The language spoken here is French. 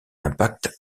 impact